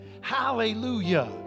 Hallelujah